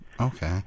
Okay